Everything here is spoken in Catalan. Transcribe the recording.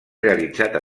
realitzat